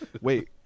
Wait